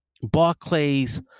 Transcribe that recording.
Barclays